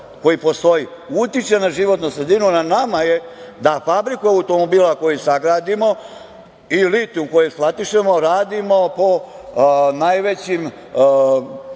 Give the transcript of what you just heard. koji postoji utiče na životnu sredinu. Na nama je da fabriku automobila koju sagradimo i litijum koji eksploatišemo radimo po najvećim